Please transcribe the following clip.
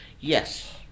Yes